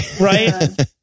Right